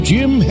Jim